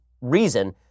reason